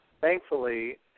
Thankfully